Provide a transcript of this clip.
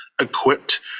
equipped